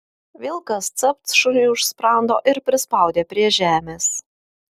vilkas capt šuniui už sprando ir prispaudė prie žemės